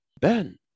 Ben